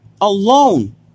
alone